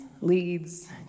leads